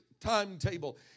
timetable